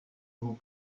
vous